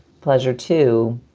pleasure, too